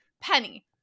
penny